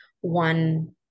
one